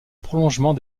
prolongement